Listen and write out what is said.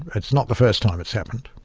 it's not the first time it's happened.